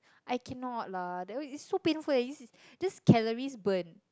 I cannot lah that one is so painful eh is just calories burnt